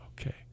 Okay